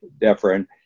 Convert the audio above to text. different